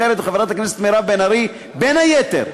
אחרת, חברת הכנסת מירב בן ארי, בין היתר,